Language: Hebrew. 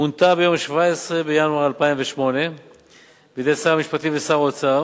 מונתה ביום 17 בינואר 2008 בידי שר המשפטים ושר האוצר